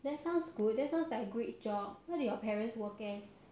that sounds good that sounds like a great job what do your parents work as